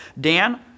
Dan